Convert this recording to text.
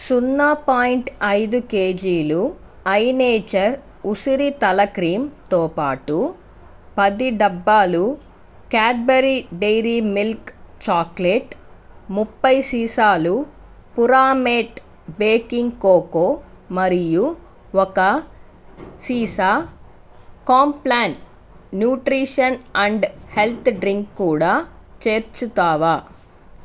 సున్నా పాయింట్ ఐదు కేజీలు ఐ నేచర్ ఉసిరి తల క్రీమ్తో పాటు పది డబ్బాలు క్యాడ్బరీ డెయిరీ మిల్క్ చాక్లెట్ ముప్పై సీసాలు పురామేట్ బేకింగ్ కోకో మరియు ఒక సీసా Complan nutrition and health drink కూడా చేర్చుతావా